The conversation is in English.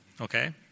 okay